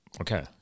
Okay